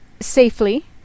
safely